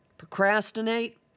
Procrastinate